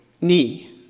knee